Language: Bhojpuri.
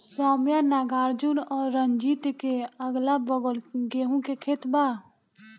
सौम्या नागार्जुन और रंजीत के अगलाबगल गेंहू के खेत बा